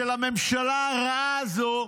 של הממשלה הרעה הזו,